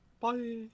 Bye